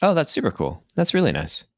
ah that's super cool. that's really nice.